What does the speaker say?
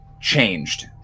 changed